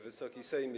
Wysoki Sejmie!